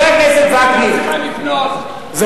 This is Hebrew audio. מישהו אחר יקנה.